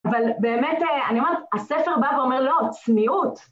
אבל באמת, אני אומרת, הספר בא ואומר, לא, צניעות.